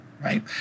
right